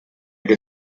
que